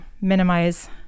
minimize